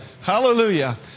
Hallelujah